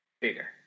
bigger